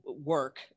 work